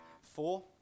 four